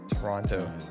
Toronto